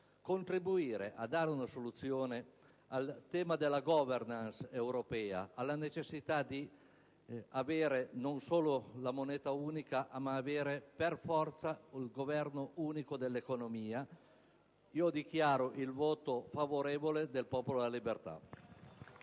contribuire a dare una soluzione al tema della *governance* europea, alla necessità di avere non solo la moneta unica ma anche, per forza, il governo unico dell'economia. Signora Presidente, preannuncio il voto favorevole del Popolo della Libertà.